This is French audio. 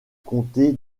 comté